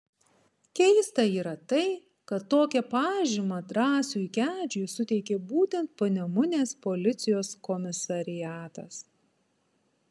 keista yra tai kad tokią pažymą drąsiui kedžiui suteikė būtent panemunės policijos komisariatas